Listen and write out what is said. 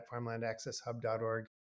farmlandaccesshub.org